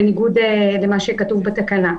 בניגוד למה שכתוב בתקנה.